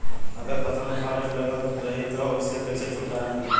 अगर फसल में फारेस्ट लगल रही त ओस कइसे छूटकारा मिली?